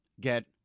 get